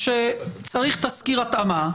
שצריך תסקיר התאמה,